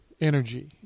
energy